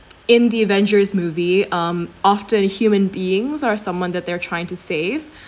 in the avengers movie um often human beings are someone that they're trying to save